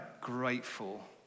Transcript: grateful